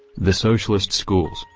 the socialist schools,